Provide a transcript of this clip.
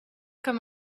comme